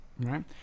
Right